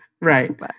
right